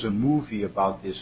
a movie about this